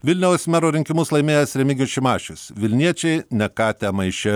vilniaus mero rinkimus laimėjęs remigijus šimašius vilniečiai ne katę maiše